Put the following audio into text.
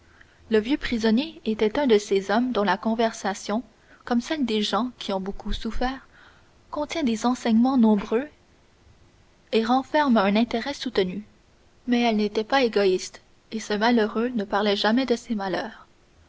le vieux prisonnier était un de ces hommes dont la conversation comme celle des gens qui ont beaucoup souffert contient des enseignements nombreux et renferme un intérêt soutenu mais elle n'était pas égoïste et ce malheureux ne parlait jamais de ses malheurs